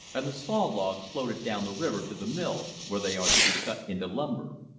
and the saw logs floated down the river to the mill where they are to be cut into lumber.